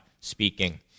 speaking